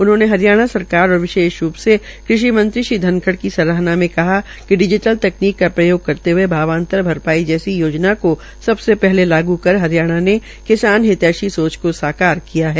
उन्होंने हरियाणा सरकार और विशेषरूप से कृषि मंत्री श्री धनखड़ की सराहना मे कहा कि डिजीटल तकनीक का प्रयोग करते हये भावांतर भरपाई जैसी योजना को सबसे पहले लागू कर हरियाणा ने किसान हितैषी सोच को साकार किया है